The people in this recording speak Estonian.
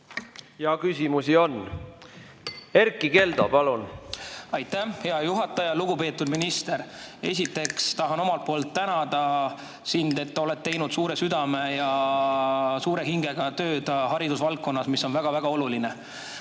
aastal tõsta õpetajate palka? Aitäh, hea juhataja! Lugupeetud minister! Esiteks tahan sind omalt poolt tänada, et oled teinud suure südame ja suure hingega tööd haridusvaldkonnas, mis on väga-väga oluline.